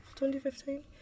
2015